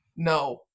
No